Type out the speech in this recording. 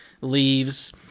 Leaves